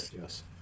yes